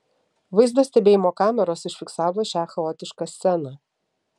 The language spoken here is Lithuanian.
vaizdo stebėjimo kameros užfiksavo šią chaotišką sceną